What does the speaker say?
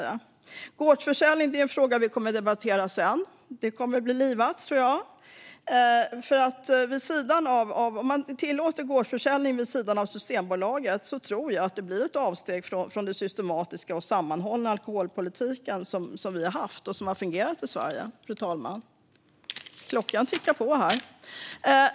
Gårdsförsäljning är en fråga som vi kommer att debattera senare; det kommer att bli livat, tror jag. Om man tillåter gårdsförsäljning vid sidan av Systembolaget, fru talman, tror jag att det blir ett avsteg från den systematiska och sammanhållna alkoholpolitik vi har haft i Sverige och som har fungerat.